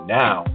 now